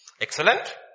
Excellent